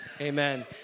Amen